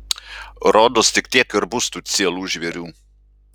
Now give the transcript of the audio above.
rodos tik tiek ir bus tų cielų žvėrių